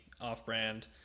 off-brand